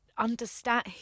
Understand